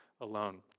alone